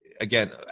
again